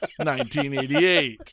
1988